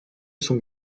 son